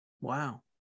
Wow